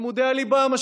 הרמב"ם,